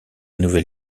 nouvelle